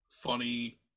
funny